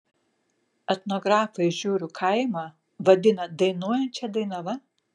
etnografai žiūrų kaimą vadina dainuojančia dainava